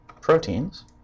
proteins